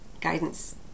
guidance